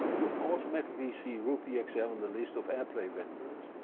you automatically see ropieeexl in the list of airplay renderers.